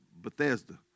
Bethesda